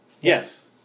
Yes